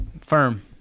firm